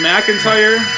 McIntyre